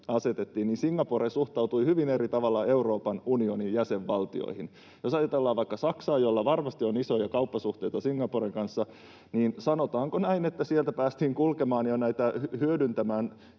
että Singapore suhtautui hyvin eri tavalla Euroopan unionin jäsenvaltioihin. Jos ajatellaan vaikka Saksaa, jolla varmasti on isoja kauppasuhteita Singaporen kanssa, niin, sanotaanko näin, että sieltä päästiin kulkemaan ja näitä hyödyntämään